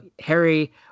Harry